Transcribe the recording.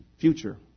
Future